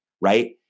right